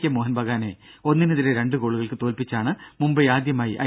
K മോഹൻബഗാനെ ഒന്നിനെതിരെ രണ്ട് ഗോളുകൾക്ക് തോൽപ്പിച്ചാണ് മുംബൈ ആദ്യമായി ഐ